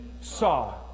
saw